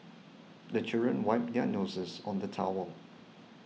the children wipe their noses on the towel